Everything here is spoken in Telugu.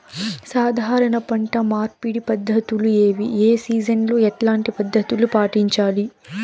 సాధారణ పంట మార్పిడి పద్ధతులు ఏవి? ఏ సీజన్ లో ఎట్లాంటి పద్ధతులు పాటించాలి?